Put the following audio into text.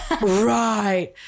Right